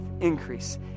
increase